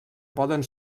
poden